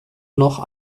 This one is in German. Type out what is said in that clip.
noch